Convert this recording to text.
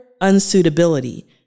unsuitability